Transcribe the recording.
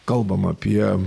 kalbam apie